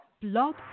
Blog